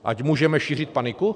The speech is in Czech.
Ať můžeme šířit paniku?